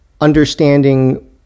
understanding